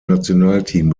nationalteam